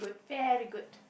good very good